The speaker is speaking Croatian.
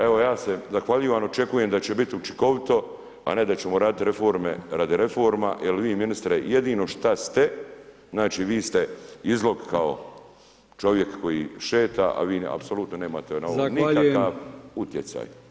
Evo ja se zahvaljujem, očekujem da će biti učinkovito a ne da ćemo raditi reforme radi reforma jer vi ministre jedino šta ste, znači vi ste izlog kao čovjek koji šeta a vi apsolutno nemate na ovo nikakav utjecaj.